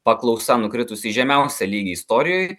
paklausa nukritusi į žemiausią lygį istorijoj